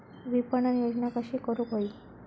विपणन योजना कशी करुक होई?